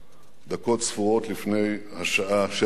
דקות ספורות לפני השעה 07:00